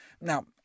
Now